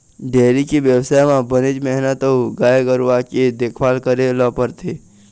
dairy के बेवसाय म बनेच मेहनत अउ गाय गरूवा के देखभाल करे ल परथे